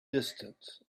distance